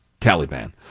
Taliban